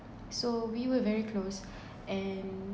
so we were very close and